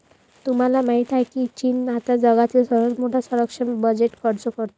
तुम्हाला माहिती आहे का की चीन आता जगातील सर्वात मोठा संरक्षण बजेट खर्च करतो?